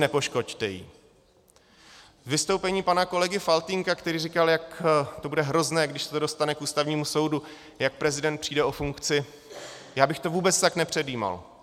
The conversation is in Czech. K vystoupení pana kolegy Faltýnka, který říkal, jak to bude hrozné, když se to dostane k Ústavnímu soudu, jak prezident přijde o funkci já bych to vůbec tak nepředjímal.